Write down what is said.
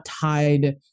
tied